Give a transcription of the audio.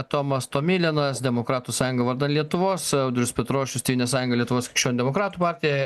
tomas tomilinas demokratų sąjunga vardan lietuvos audrius petrošius tėvynės sąjunga lietuvos krikščionių demokratų partija